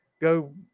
go